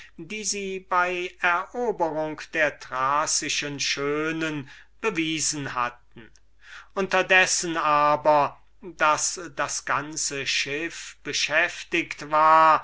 die sie bei eroberung der thracischen schönen bewiesen hatten schadlos zu halten unterdessen aber daß das ganze schiff beschäftiget war